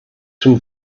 some